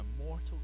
immortal